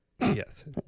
Yes